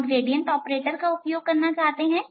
हम gradient operator का उपयोग करना चाहते हैं